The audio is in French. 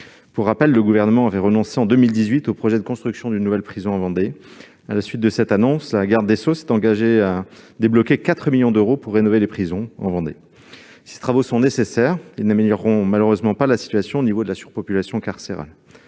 Pour rappel, le Gouvernement avait renoncé en 2018 au projet de construction d'une nouvelle prison en Vendée. À la suite de cette annonce, la garde des sceaux s'était engagée à débloquer 4 millions d'euros pour rénover les prisons vendéennes. Ces travaux, quoiqu'ils soient nécessaires, n'amélioreront malheureusement pas la situation de surpopulation carcérale.